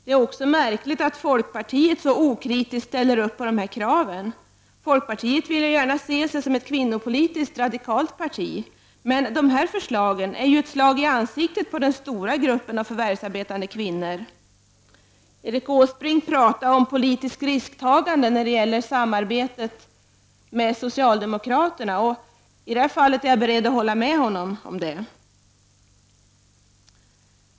Det är också märkligt att folkpartiet så okritiskt ställer upp på de här kraven. Folkpartiet vill ju gärna se sig som ett kvinnopolitiskt radikalt parti, men de här förslagen är ju ett slag i ansiktet på den stora gruppen av förvärvsarbetande kvinnor. Erik Åsbrink talar om politiskt risktagande när det gäller samarbete med socialdemokraterna, och i det här fallet är jag beredd att hålla med honom.